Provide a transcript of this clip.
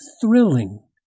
thrilling